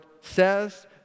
says